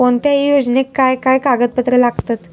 कोणत्याही योजनेक काय काय कागदपत्र लागतत?